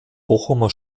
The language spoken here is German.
bochumer